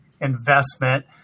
investment